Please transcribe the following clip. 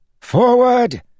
Forward